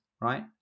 right